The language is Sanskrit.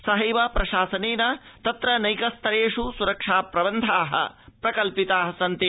सहक प्रशासनेन तत्र नक्किस्तरेष सुरक्षा प्रबन्धा अपि प्रकल्पिता सन्ति